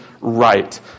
right